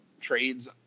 trades